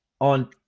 on